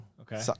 Okay